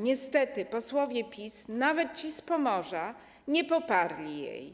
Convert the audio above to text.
Niestety posłowie PiS, nawet ci z Pomorza, jej nie poparli,